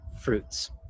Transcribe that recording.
fruits